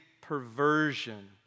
perversion